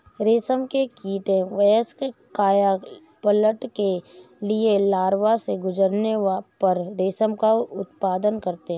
रेशम के कीड़े वयस्क कायापलट के लिए लार्वा से गुजरने पर रेशम का उत्पादन करते हैं